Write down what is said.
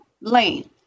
lane